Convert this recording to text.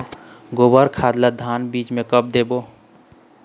गोबर खाद ला धान बीज म कब देबो?